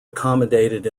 accommodated